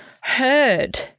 heard